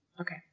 Okay